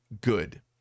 good